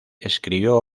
escribió